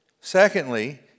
Secondly